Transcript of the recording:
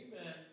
Amen